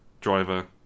Driver